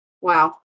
Wow